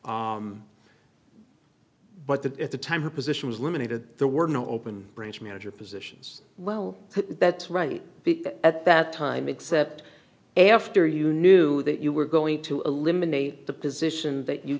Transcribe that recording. that at the time her position was eliminated there were no open branch manager positions well that's right at that time except after you knew that you were going to eliminate the position that you